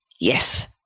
yes